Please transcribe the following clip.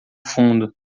fundo